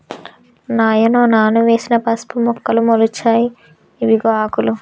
నాయనో నాను వేసిన పసుపు మొక్కలు మొలిచాయి ఇవిగో ఆకులు